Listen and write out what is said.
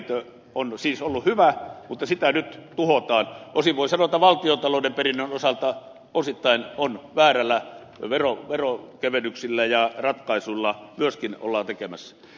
kuntaperintö on siis ollut hyvä mutta sitä nyt tuhotaan ja voi sanoa valtiontalouden perinnön osalta että osittain väärillä verokevennyksillä ja ratkaisuilla ollaan myöskin näin tekemässä